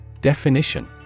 Definition